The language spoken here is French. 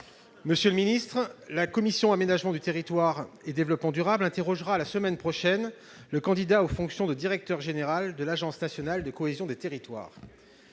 Monsieur le ministre, la commission de l'aménagement du territoire et du développement durable interrogera la semaine prochaine le candidat aux fonctions de directeur général de l'Agence nationale de la cohésion des territoires,